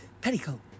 Petticoat